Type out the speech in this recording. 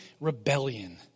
rebellion